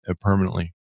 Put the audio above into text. permanently